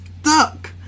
stuck